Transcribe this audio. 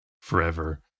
forever